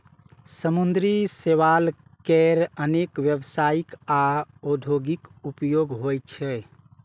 समुद्री शैवाल केर अनेक व्यावसायिक आ औद्योगिक उपयोग होइ छै